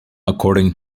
according